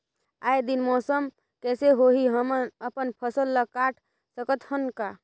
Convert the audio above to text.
आय दिन मौसम कइसे होही, हमन अपन फसल ल काट सकत हन का?